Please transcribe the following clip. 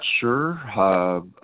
sure